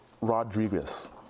Rodriguez